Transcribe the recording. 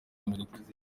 amerika